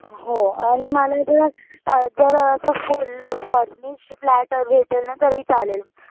हो आणि मला जरा जरासा फुल्ल फर्निश फ्लॅट भेटंल ना तरीही चालेल